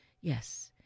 Yes